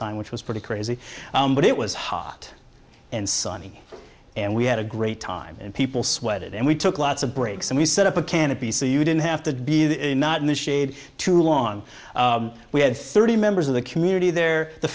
time which was pretty crazy but it was hot and sunny and we had a great time and people sweated and we took lots of breaks and we set up a canopy so you didn't have to be the not in the shade too long we had thirty members of the community there the